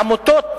עמותות